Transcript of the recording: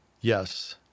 Yes